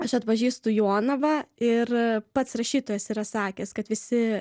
aš atpažįstu jonavą ir pats rašytojas yra sakęs kad visi